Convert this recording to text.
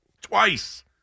Twice